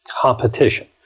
competition